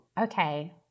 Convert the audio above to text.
Okay